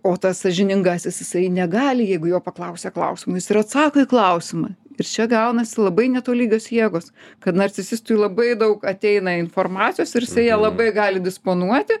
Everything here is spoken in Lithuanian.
o tas sąžiningasis jisai negali jeigu jo paklausia klausimo jis ir atsako į klausimą ir čia gaunasi labai netolygios jėgos kad narcisistui labai daug ateina informacijos ir jisai ja labai gali disponuoti